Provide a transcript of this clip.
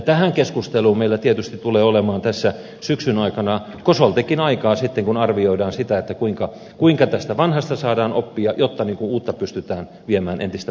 tähän keskusteluun meillä tietysti tulee olemaan tässä syksyn aikana kosoltikin aikaa sitten kun arvioidaan sitä kuinka tästä vanhasta saadaan oppia jotta uutta pystytään viemään entistä parempaan suuntaan